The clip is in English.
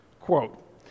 quote